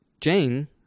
Jane